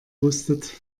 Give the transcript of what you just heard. wusstet